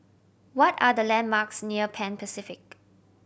what are the landmarks near Pan Pacific